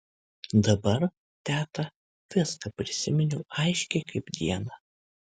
dabar teta viską prisiminiau aiškiai kaip dieną